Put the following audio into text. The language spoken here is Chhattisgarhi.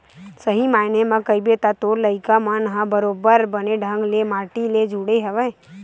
सही मायने म कहिबे त तोर लोग लइका मन ह बरोबर बने ढंग ले माटी ले जुड़े हवय